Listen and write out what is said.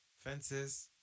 Fences